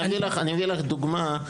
אני אביא לך דוגמא,